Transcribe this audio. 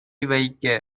வைக்க